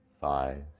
thighs